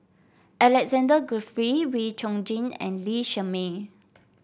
Alexander Guthrie Wee Chong Jin and Lee Shermay